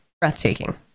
breathtaking